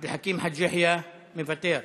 עבד אל חכים חאג' יחיא, מוותר,